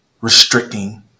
restricting